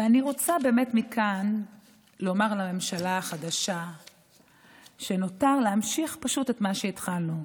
אני רוצה מכאן לומר לממשלה החדשה שנותר להמשיך פשוט את מה שהתחלנו.